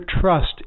trust